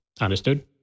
Understood